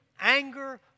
anger